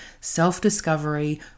Self-discovery